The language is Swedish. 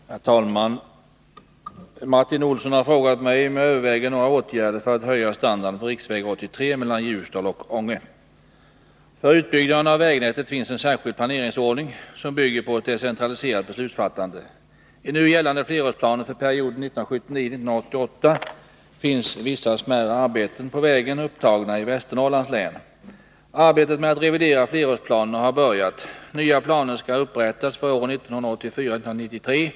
Herr talman! Martin Olsson har frågat mig om jag överväger några åtgärder för att höja standarden på riksväg 83 mellan Ljusdal och Ånge. För utbyggnaden av vägnätet finns en särskild planeringsordning, som bygger på ett decentraliserat beslutsfattande. I nu gällande flerårsplaner för perioden 1979-1988 finns vissa smärre arbeten på vägen i Västernorrlands län upptagna. Arbetet med att revidera flerårsplanerna har börjat. Nya planer skall upprättas för åren 1984-1993.